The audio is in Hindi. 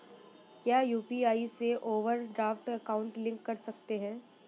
क्या यू.पी.आई से ओवरड्राफ्ट अकाउंट लिंक कर सकते हैं?